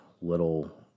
little